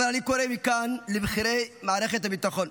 אבל אני קורא מכאן לבכירי מערכת הביטחון: